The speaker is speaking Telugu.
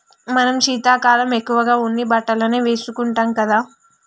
మనం శీతాకాలం ఎక్కువగా ఉన్ని బట్టలనే వేసుకుంటాం కదా